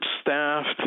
staffed